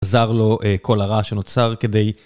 עזר לו כל הרע שנוצר כדי...